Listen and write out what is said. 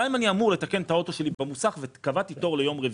גם אם אני אמור לתקן את האוטו שלי במוסך וקבעתי תור ליום רביעי,